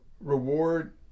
reward